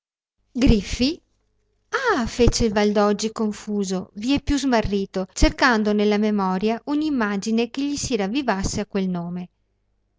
griffi ah fece il valdoggi confuso vieppiù smarrito cercando nella memoria un'immagine che gli si ravvivasse a quel nome